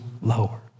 lower